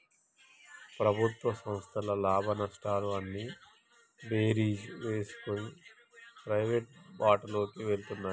ప్రభుత్వ సంస్థల లాభనష్టాలు అన్నీ బేరీజు వేసుకొని ప్రైవేటు బాటలోకి వెళ్తున్నాయి